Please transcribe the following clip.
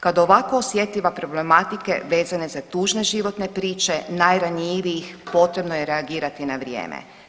Kod ovako osjetljive problematike vezane za tužne životne priče najranjivijih, potrebno je reagirati na probleme.